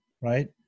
right